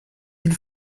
îles